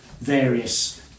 various